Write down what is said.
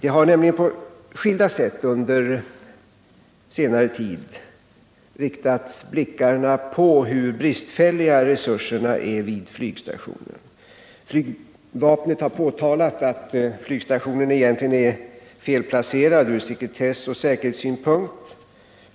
I skilda sammanhang har under senare tid blickarna riktats på de bristfälliga resurserna vid flygstationen. Flygvapnet har påtalat att flygstationen egentligen är felplacerad ur sekretessoch säkerhetssynpunkt.